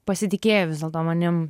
pasitikėjo vis dėlto manim